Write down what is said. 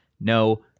no